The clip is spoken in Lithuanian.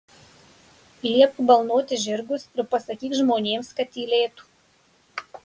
liepk balnoti žirgus ir pasakyk žmonėms kad tylėtų